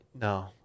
No